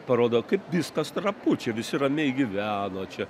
parodo kaip viskas trapu čia visi ramiai gyveno čia